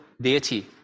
deity